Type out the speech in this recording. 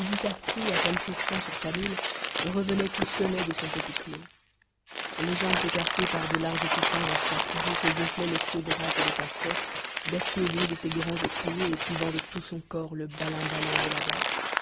à califourchon sur sa mule revenait tout seulet de son petit clos les jambes écartées par de larges coussins en sparterie que gonflaient les cédrats et les pastèques bercé au bruit de ses grands étriers et suivant de tout son corps le balin balan de la bête